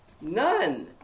None